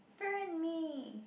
burn me